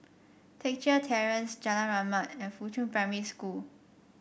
Teck Chye Terrace Jalan Rahmat and Fuchun Primary School